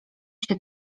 się